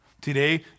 Today